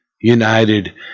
united